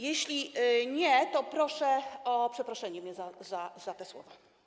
Jeśli nie, to proszę o przeproszenie mnie za te słowa.